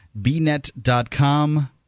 bnet.com